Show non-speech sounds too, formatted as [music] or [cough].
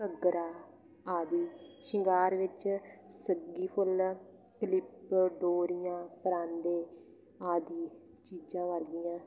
ਘੱਗਰਾ ਆਦਿ ਸ਼ਿੰਗਾਰ ਵਿੱਚ ਸੱਗੀ ਫੁੱਲ ਕਲਿੱਪ ਡੋਰੀਆਂ ਪਰਾਂਦੇ ਆਦਿ ਚੀਜ਼ਾਂ [unintelligible]